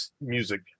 music